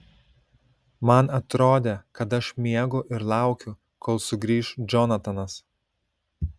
man atrodė kad aš miegu ir laukiu kol sugrįš džonatanas